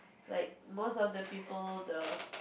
like most of the people the